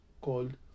called